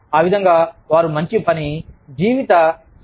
ఆ విధంగా వారు మంచి పని జీవిత సమతుల్యతను సాధించగలరు